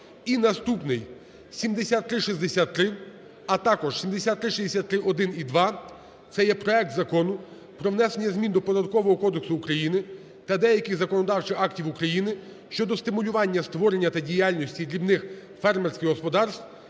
І наступний – 7363, а також 7363-1 і -2. Це є проект Закону про внесення змін до Податкового кодексу України та деяких законодавчих актів України щодо стимулювання створення та діяльності дрібних фермерських господарств